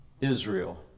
Israel